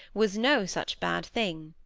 was no such bad thing.